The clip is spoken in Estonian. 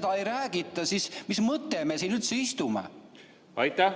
seda ei räägita, siis mis mõttega me siin üldse istume? Aitäh!